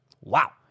Wow